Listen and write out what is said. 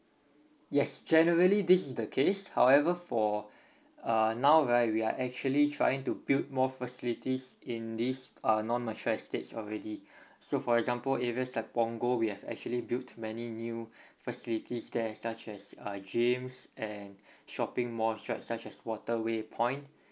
yes generally this is the case however for uh now right we are actually trying to build more facilities in these uh non mature estates already so for example areas like punggol we have actually built many new facilities there such as uh gyms and shopping malls right such as waterway point